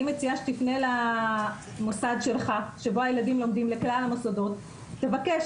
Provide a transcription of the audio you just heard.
אני מציעה שתפנה למוסד שבו הילדים שלך לומדים ולכלל המוסדות ותבקש